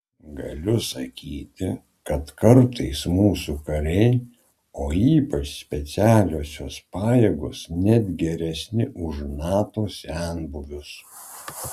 galiu sakyti kad kartais mūsų kariai o ypač specialiosios pajėgos net geresni už nato senbuvius